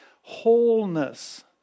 wholeness